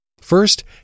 First